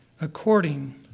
according